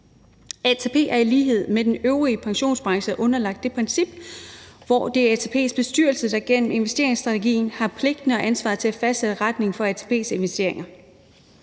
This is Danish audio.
ATP er i lighed med den øvrige pensionsbranche underlagt det princip, at det er ATP's bestyrelse, der gennem investeringsstrategien har pligten til og ansvaret for at fastsætte retningen for ATP's investeringer.